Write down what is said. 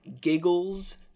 giggles